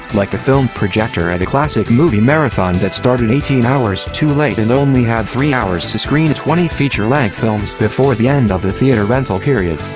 like a film projector at a classic movie marathon that started eighteen hours too late and only had three hours to screen twenty feature length films before the end of the theater rental period.